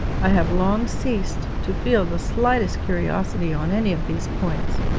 i have long ceased to feel the slightest curiosity on any of these points.